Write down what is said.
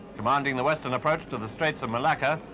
commanding the western approach to the straits of malacca,